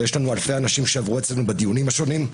ואלפי אנשים שעברו אצלנו בדיונים השונים.